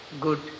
good